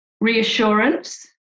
Reassurance